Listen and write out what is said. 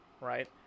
right